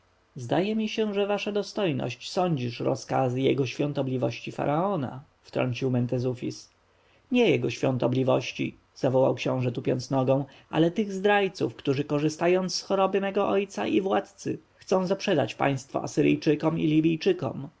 zdaje mi się że wasza dostojność sądzisz rozkazy jego świątobliwości faraona wtrącił mentezufis nie jego świątobliwości zawołał książę tupiąc nogą ale tych zdrajców którzy korzystając z choroby mego ojca i władcy chcą zaprzedać państwo asyryjczykom i